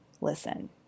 Listen